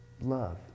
Love